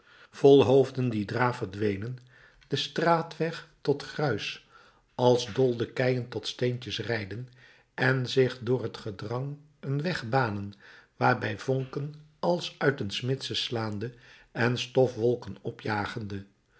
vol hoofden die dra verdwenen den straatweg tot gruis als dol de keien tot steentjes rijden en zich door het gedrang een weg banen daarbij vonken als uit een smidse slaande en stofwolken opjagende